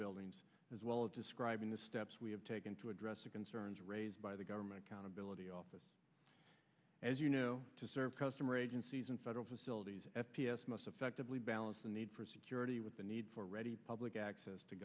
buildings as well as describing the steps we have taken to address the concerns raised by the government accountability office as you know to serve customer agencies and federal facilities p s most effectively balance the need for security with the need for ready public access to